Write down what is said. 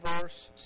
verse